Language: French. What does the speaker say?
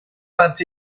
vingt